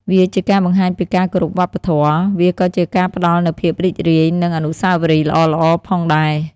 វាជាការបង្ហាញពីការគោរពវប្បធម៌។ វាក៏ជាការផ្ដល់នូវភាពរីករាយនិងអនុស្សាវរីយ៍ល្អៗផងដែរ។